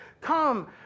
come